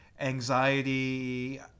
anxiety